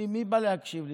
מי בא להקשיב לי?